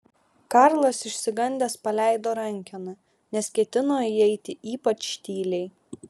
karlas išsigandęs paleido rankeną nes ketino įeiti ypač tyliai